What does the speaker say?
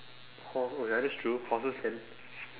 hors~ oh ya that's true horses can